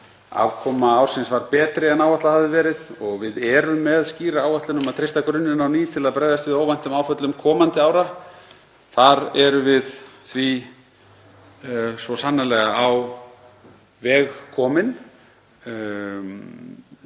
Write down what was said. Afkoma ársins var betri en áætlað hafði verið og við erum með skýra áætlun um að treysta grunninn á ný til að bregðast við óvæntum áföllum komandi ára. Þar erum við því svo sannarlega á veg komin.